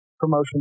Promotion